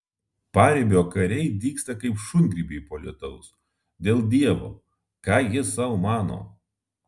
paribio kariai dygsta kaip šungrybiai po lietaus dėl dievo ką jis sau mano